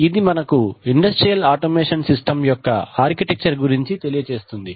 ఇది మనకు industrial automation systems యొక్క ఆర్కిటెక్చర్ గురించి తెలియజేస్తుంది